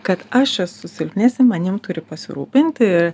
kad aš esu silpnesnė manim turi pasirūpinti ir